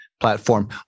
platform